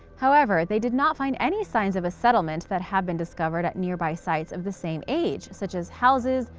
however, they did not find any signs of a settlement that have been discovered at nearby sites of the same age, such as houses,